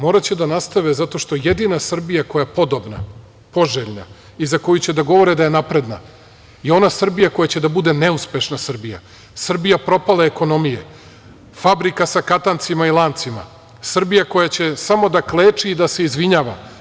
Moraće da nastave, zato što jedina Srbija koja je podobna, poželjna i za koju će da govore da je napredna je ona Srbija koja će da bude neuspešna Srbija, Srbija propale ekonomije, fabrika sa katancima i lancima, Srbija koja će samo da kleči i da se izvinjava.